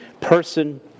person